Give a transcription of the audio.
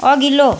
अघिल्लो